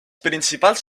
principals